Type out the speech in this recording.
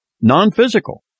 non-physical